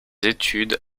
études